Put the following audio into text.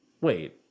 Wait